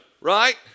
Right